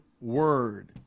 word